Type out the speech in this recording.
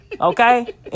Okay